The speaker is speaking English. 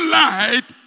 light